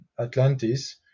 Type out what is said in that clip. Atlantis